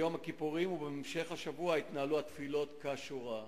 וביום הכיפורים ובהמשך השבוע התנהלו התפילות כשורה.